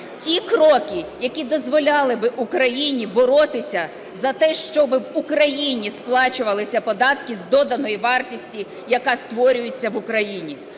ті кроки, які дозволяли би Україні боротися за те, щоб в Україні сплачувалися податки з доданої вартості, яка створюється в Україні.